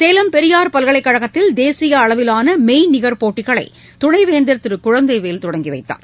சேலம் பெரியார் பல்கலைக்கழகத்தில் தேசிய அளவிலான மெய்நிகர் போட்டிகளை துணைவேந்தர் திரு குழந்தைவேல் தொடங்கிவைத்தார்